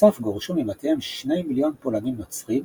בנוסף גורשו מבתיהם שני מיליון פולנים נוצרים,